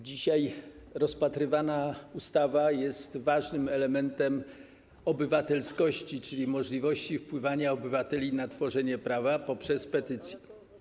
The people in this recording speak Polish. Dzisiaj rozpatrywana ustawa jest ważnym elementem obywatelskości, czyli możliwości wpływania obywateli na tworzenie prawa przez petycje.